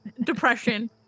depression